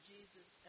Jesus